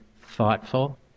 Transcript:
thoughtful